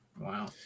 Wow